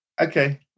okay